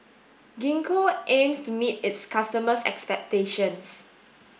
Gingko aims to meet its customers' expectations